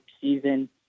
season